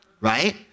Right